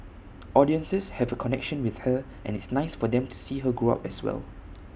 audiences have A connection with her and it's nice for them to see her grow up as well